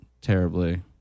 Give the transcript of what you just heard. terribly